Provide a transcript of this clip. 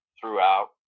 throughout